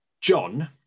John